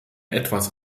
etwas